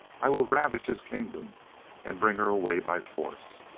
i will ravage his kingdom and bring her away by force.